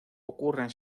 ocurren